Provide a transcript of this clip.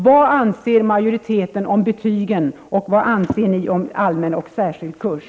Vad anser majoriteten om betygen, och vad anser ni om allmän och särskild kurs?